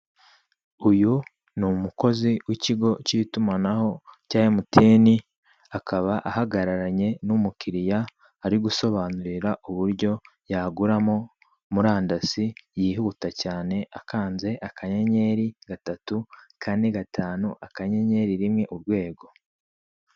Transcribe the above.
Uyu ni umukozi w'ikigo cy'itumanaho cya emutiyeni, akaba ahagararanye n'umukiriya ari gusobanurira uburyo yaguramo murandasi yihuta cyane, akanze akanyenyeri, gatatu, kane, gatanu, akanyenyeri, rimwe, urwego.